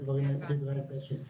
אנחנו,